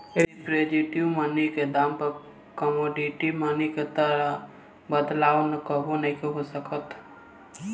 representative money के दाम में कमोडिटी मनी के तरह बदलाव कबो नइखे हो सकत